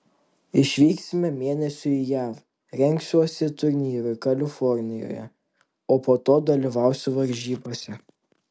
išvyksime mėnesiui į jav rengsiuosi turnyrui kalifornijoje o po to dalyvausiu varžybose